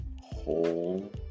whole